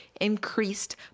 increased